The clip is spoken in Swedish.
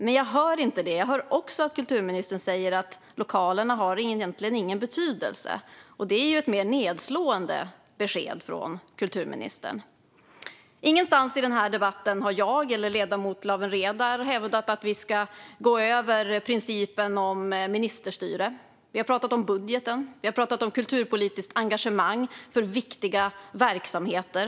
Men jag hör inte detta, utan jag hör att kulturministern säger att lokalerna egentligen inte har någon betydelse. Det är ett mer nedslående besked från kulturministern. Ingenstans i debatten har jag eller ledamot Lawen Redar hävdat att vi ska gå över gränsen för principen om ministerstyre. Vi har pratat om budgeten och om kulturpolitiskt engagemang för viktiga verksamheter.